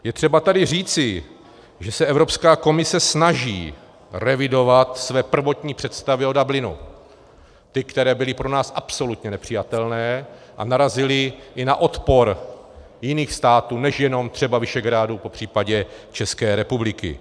Je třeba tady říci, že se Evropská komise snaží revidovat své prvotní představy o Dublinu, ty, které byly pro nás absolutně nepřijatelné a narazily na odpor i jiných států než jenom třeba Visegrádu, popř. České republiky.